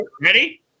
Ready